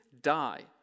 die